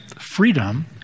freedom